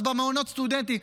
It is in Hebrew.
אז במעונות סטודנטים.